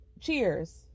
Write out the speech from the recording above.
cheers